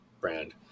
brand